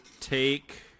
take